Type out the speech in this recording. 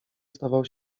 stawał